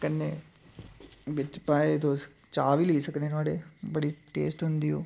कन्नै बिच्च भांए तुस चाह् बी लेई सकने नोहाड़े बड़ी टेस्ट होंदी ओ